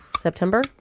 September